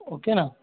okay نا